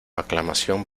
aclamación